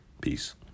Peace